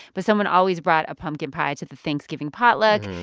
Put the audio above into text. but someone always brought a pumpkin pie to the thanksgiving potluck.